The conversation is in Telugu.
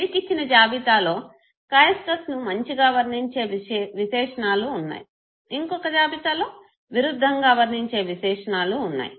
వీరికి ఇచ్చిన జాబితాలో కాయస్థాస్ ను మంచిగా వర్ణించే విశేషణాలు ఉన్నాయి ఇంకొక జాబితాలో విరుధంగా వర్ణించే విశేషణాలు ఉన్నాయి